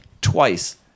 twice